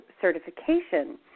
certification